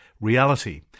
reality